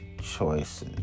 choices